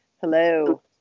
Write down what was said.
Hello